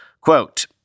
Quote